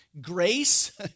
Grace